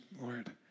Lord